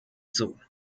sohn